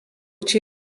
čia